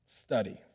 Study